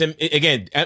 again